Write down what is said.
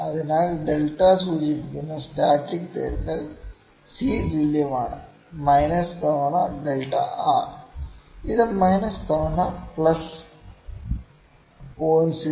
അതിനാൽ ഡെൽറ്റ സൂചിപ്പിക്കുന്ന സ്റ്റാറ്റിക് തിരുത്തൽ C തുല്യമാണ് മൈനസ് തവണ ഡെൽറ്റ R ഇത് മൈനസ് തവണ പ്ലസ് 0